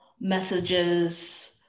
messages